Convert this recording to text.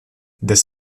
des